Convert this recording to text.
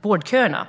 vårdköerna.